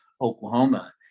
Oklahoma